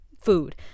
food